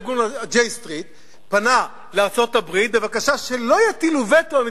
ארגון J Street פנה לארצות-הברית בבקשה שלא יטילו וטו על,